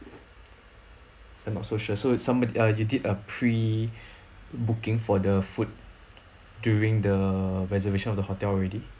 I'm not so sure so it's somebody uh you did a pre booking for the food during the reservation of the hotel already